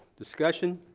discussion.